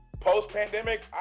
Post-pandemic